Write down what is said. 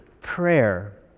prayer